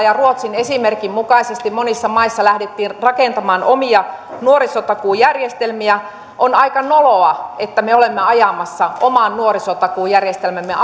ja ruotsin esimerkin mukaisesti monissa maissa lähdettiin rakentamaan omia nuorisotakuujärjestelmiä on aika noloa että me olemme ajamassa oman nuorisotakuujärjestelmämme